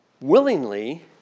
willingly